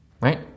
Right